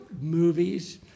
movies